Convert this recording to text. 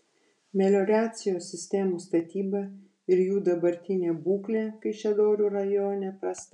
melioracijos sistemų statyba ir jų dabartinė būklė kaišiadorių rajone prasta